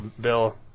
Bill